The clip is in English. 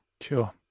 Sure